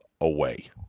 away